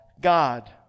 God